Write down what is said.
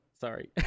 sorry